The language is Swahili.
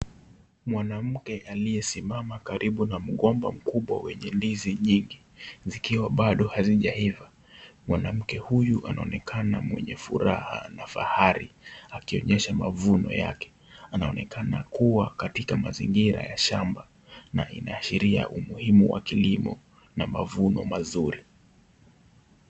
Mwanamke aliyesimama karibu na mgomba mkubwa wenye ndizi nyingi, zikiwa bado hazijaiva. Mwanamke huyu anaonekana mwenye furaha na fahari akionyesha mavuno yake. Anaonekana kuwa katika mazingira ya shamba na inaashiria umuhimu wa kilimo na mavuno mazuri.